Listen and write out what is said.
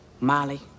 Molly